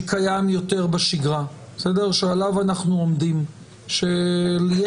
שקיים יותר בשגרה ושעליו אנחנו עומדים ליתר